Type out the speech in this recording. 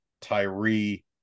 Tyree